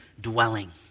dwelling